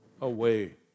away